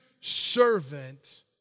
servant